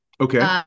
Okay